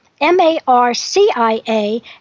M-A-R-C-I-A